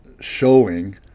showing